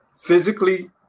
physically